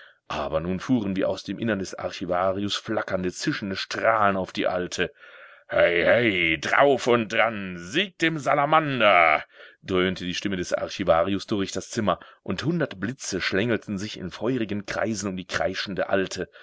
aber nun fuhren wie aus dem innern des archivarius flackernde zischende strahlen auf die alte hei hei drauf und dran sieg dem salamander dröhnte die stimme des archivarius durch das zimmer und hundert blitze schlängelten sich in feurigen kreisen um die kreischende alte